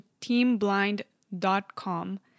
teamblind.com